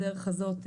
בדרך הזאת,